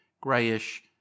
greyish